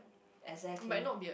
exactly